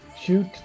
shoot